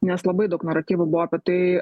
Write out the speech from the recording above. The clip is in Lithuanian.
nes labai daug naratyvų buvo apie tai